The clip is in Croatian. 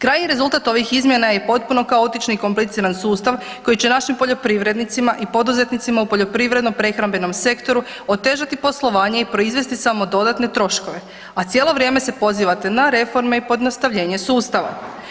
Krajnji rezultat ovih izmjena je potpuno kaotičan i kompliciran sustav koji će našim poljoprivrednicima i poduzetnicima u poljoprivredno prehrambenom sektoru otežati poslovanje i proizvesti samo dodatne troškove, a cijelo vrijeme se pozivate na reforme i na pojednostavljenje sustava.